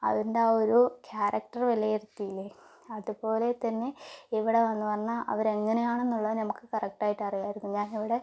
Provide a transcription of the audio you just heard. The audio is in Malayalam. അതിൻ്റെ ആ ഒരു ക്യാരക്ടർ വിലയിരുത്തിയില്ലേ അത് പോലെ തന്നെ ഇവിടെ വന്ന് അവര് എങ്ങനെയാണ് എന്നുള്ളത് നമുക്ക് കറക്റ്റായിട്ട് അറിയാമായിരുന്നു ഞാങ്ങളുടെ